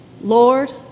Lord